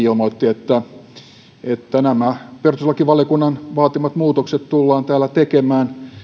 ilmoitti että nämä perustuslakivaliokunnan vaatimat muutokset tullaan täällä tekemään